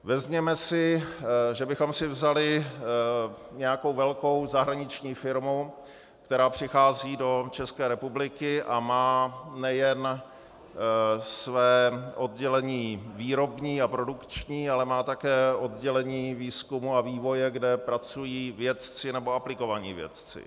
Vezměme si, že bychom si vzali nějakou velkou zahraniční firmu, která přichází do České republiky a má nejen své oddělení výrobní a produkční, ale má také oddělení výzkumu a vývoje, kde pracují vědci, nebo aplikovaní vědci.